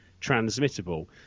transmittable